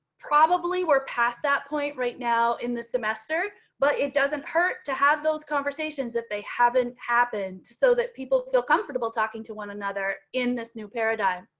probably we're past that point right now in the semester, but it doesn't hurt to have those conversations, if they haven't happened so that people feel comfortable talking to one another in this new paradigm